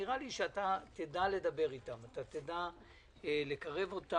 נראה לי שאתה תדע לדבר איתם, שאתה תדע לקרב אותם.